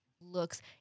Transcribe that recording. looks